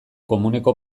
komuneko